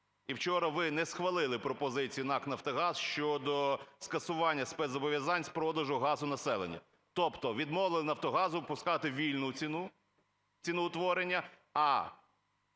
І вчора ви не схвалили пропозицію НАК "Нафтогаз" щодо скасування спецзобов'язань з продажу газу населенню, тобто відмовили "Нафтогазу" пускати вільну ціну, ціноутворення. А